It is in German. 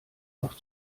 noch